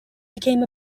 became